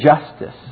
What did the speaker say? justice